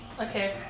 Okay